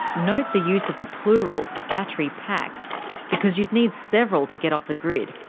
note the use of the plural battery packs because you'd need several to get off the grid,